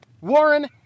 Warren